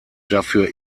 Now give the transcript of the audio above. dafür